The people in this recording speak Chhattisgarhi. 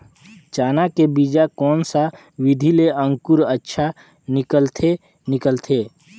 चाना के बीजा कोन सा विधि ले अंकुर अच्छा निकलथे निकलथे